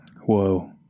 Whoa